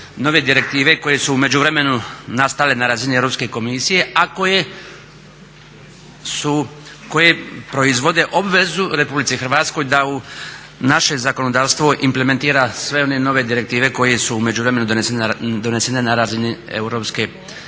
međuvremenu nastale na razini Europska komisije, a koje proizvode obvezu Republici Hrvatskoj da u naše zakonodavstvo implementira sve one nove direktive koje su u međuvremenu donesene na razini Europske komisije